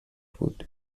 بود